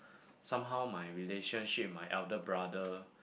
somehow my relationship with my elder brother